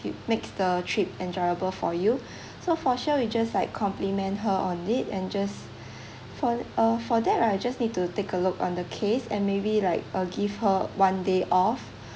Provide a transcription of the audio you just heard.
it makes the trip enjoyable for you so for sure we'll just like compliment her on it and just for uh for that right I just need to take a look on the case and maybe like uh give her one day off